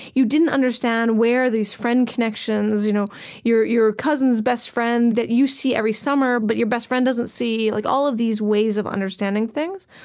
you didn't understand where these friend connections you know your your cousin's best friend that that you see every summer but your best friend doesn't see like all of these ways of understanding things.